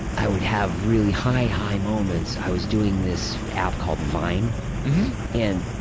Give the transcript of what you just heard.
i would have really high, high moments. i was doing this app called vine and